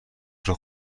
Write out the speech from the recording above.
سفره